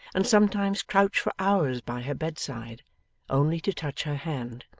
and sometimes crouch for hours by her bedside only to touch her hand.